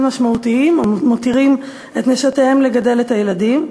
משמעותיים ומותירים את נשותיהם לגדל את הילדים,